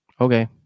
Okay